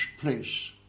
place